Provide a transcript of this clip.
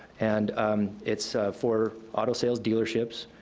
and it's for auto sales dealerships,